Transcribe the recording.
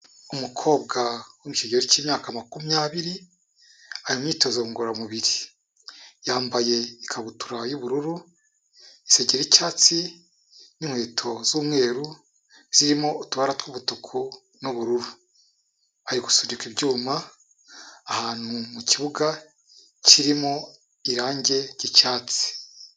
Umukobwa uri mu kigero cy'imyaka makumyabiri ari mu myitozo ngororamubiri, yambaye ikabutura y'ubururu, isengeri y'icyatsi, n'inkweto z'umweru zirimo utubara tw'umutuku n'ubururu, ari gusunika ibyuma, ahantu mu kibuga kirimo irangi ry'icyatsi.